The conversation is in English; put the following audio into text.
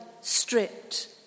stripped